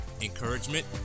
encouragement